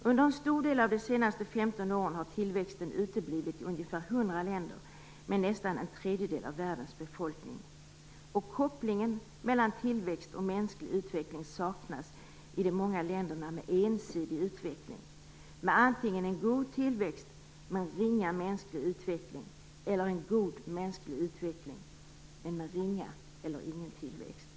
Under en stor del av de senaste 15 åren har tillväxten uteblivit i ungefär 100 länder med nästan en tredjedel av världens befolkning. Kopplingen mellan tillväxt och mänsklig utveckling saknas i de många länderna med ensidig utveckling, med antingen en god tillväxt men ringa mänsklig utveckling eller en god mänsklig utveckling men med ringa eller ingen tillväxt.